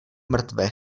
mrtvé